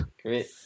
great